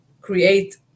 create